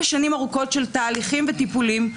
בשנים ארוכות של תהליכים וטיפולים,